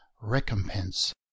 recompense